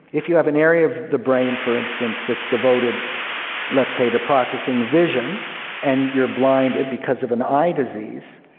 if you have an area of the brain, for instance, that's devoted let's say to processing of vision and you are blinded because of an eye disease,